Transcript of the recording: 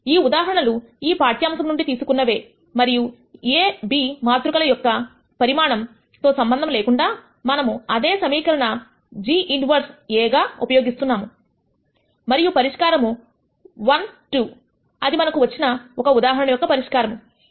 ఈ ఉదాహరణలు ఈ పాఠ్యాంశమునుండి తీసుకున్నవే మరియు ab మాతృకల యొక్క పరిమాణం తో సంబంధం లేకుండా మనము అదే సమీకరణ g ఇన్వెర్స్ Aఉపయోగిస్తున్నాము మరియు పరిష్కారము 1 2 అది మన కు వచ్చిన ఒక ఉదాహరణ యొక్క పరిష్కారము 0